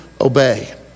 obey